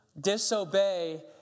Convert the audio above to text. disobey